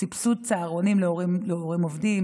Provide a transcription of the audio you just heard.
סבסוד צהרונים להורים עובדים,